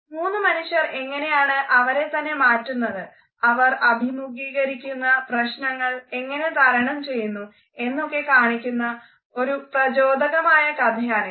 മൂന്നു മനുഷ്യർ എങ്ങനെയാണ് അവരെത്തന്നെ മാറ്റുന്നത് അവർ അഭിമുഖീകരിക്കുന്ന പ്രശ്നങ്ങൾ എങ്ങനെ തരണം ചെയ്യുന്നു എന്നൊക്കെ കാണിക്കുന്ന ഒരു പ്രചോദകമായ കഥയാണിത്